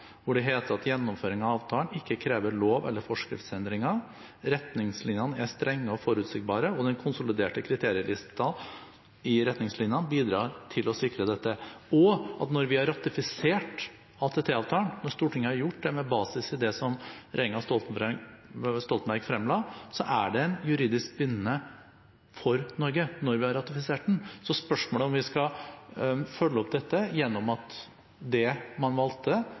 hvor det heter at gjennomføringen av avtalen ikke krever lov- eller forskriftsendringer. Retningslinjene er strenge og forutsigbare, og den konsoliderte kriterielisten i retningslinjene bidrar til å sikre dette. Når vi har ratifisert ATT-avtalen, når Stortinget har gjort det med basis i det som regjeringen Stoltenberg fremla, er den juridisk bindende for Norge – når vi har ratifisert den. Spørsmålet er om vi skal følge opp dette gjennom det man valgte